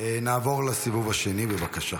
נעבור לסיבוב השני, בבקשה.